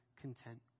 content